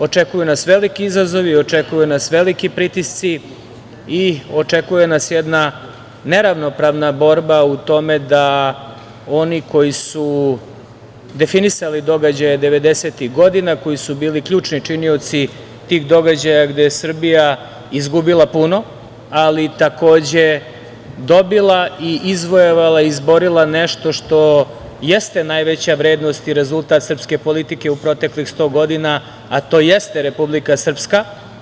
Očekuju nas veliki izazovi, očekuju nas veliki pritisci i očekuje nas jedna neravnopravna borba u tome da oni koji su definisali događaje devedesetih godina, koji su bili ključni činioci tih događaja gde je Srbija izgubila puno, ali takođe dobila i izvojevala, izborila nešto što jeste najveća vrednost i rezultat srpske politike u proteklih sto godina, a to jeste Republika Srpska.